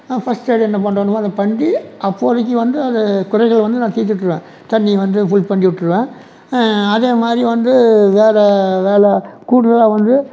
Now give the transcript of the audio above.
நா ஃபஸ்ட்எய்ட் என்ன பண்ணணுமோ அதை பண்ணி அப்போதைக்கு வந்து அந்த குறைகளை வந்து நான் தீர்த்து விட்டுருவேன் தண்ணி வந்து ஃபுல் பண்ணி விட்டுருவேன் அதேமாதிரி வந்து வேறு வேலை கூடுதலாக வந்து